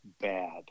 bad